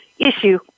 issue